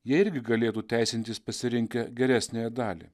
jie irgi galėtų teisintis pasirinkę geresniąją dalį